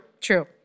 true